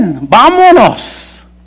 vámonos